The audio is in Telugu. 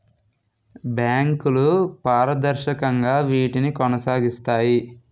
బ్యాంకులు పారదర్శకంగా వీటిని కొనసాగిస్తాయి